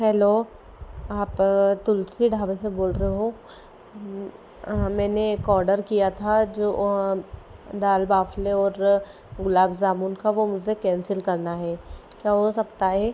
hello आप तुलसी ढाबे से बोल रहे हो हाँ मैंने एक ऑडर किया था जो दाल बाफ़ले और गुलाब ज़ामुन का वो मुझे कैंसिल करना है क्या हो सकता है